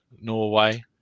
Norway